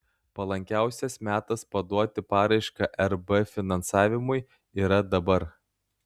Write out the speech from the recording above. palankiausias metas paduoti paraišką rb finansavimui yra dabar